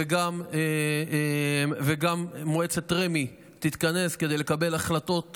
וגם מועצת רמ"י תתכנס כדי לקבל החלטות